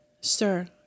Sir